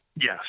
Yes